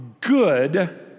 good